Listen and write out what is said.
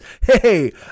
Hey